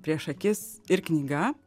prieš akis ir knyga